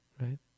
right